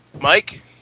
Mike